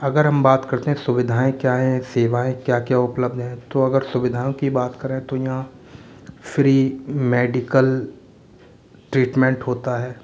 अगर हम बात करते हैं सुविधाएँ क्या हैं सेवाएँ क्या क्या उपलब्ध हैं तो अगर सुविधाओँ की बात करें तो यहाँ फ़्री मेडिकल ट्रीटमेंट होता है